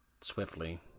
swiftly